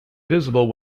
visible